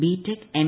BTech M